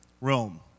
Rome